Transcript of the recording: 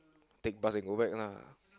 take bus and go back lah